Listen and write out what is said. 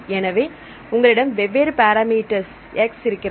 எனவே உங்களிடம் வெவ்வேறு பேரா மீட்டர் x இருக்கிறது